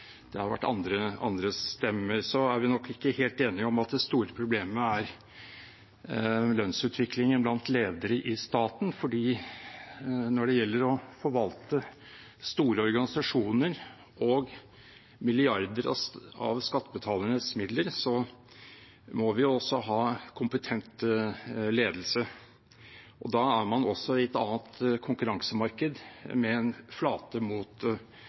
det hadde det jo også ligget litt veiledning og kanskje også litt utfordring om å tenke utenom innstillingen, hvis man så at det også har vært andre stemmer. Så er vi nok ikke helt enige om at det store problemet er lønnsutviklingen blant ledere i staten, for når det gjelder å forvalte store organisasjoner og milliarder av skattebetalernes midler, må vi jo også ha kompetent ledelse, og da